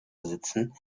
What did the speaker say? besitzen